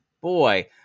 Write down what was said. Boy